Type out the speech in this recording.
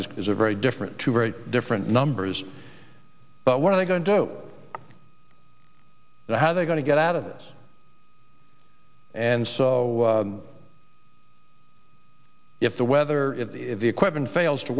this is a very different two very different numbers but what are they going to do how they're going to get out of this and so if the weather the equipment fails to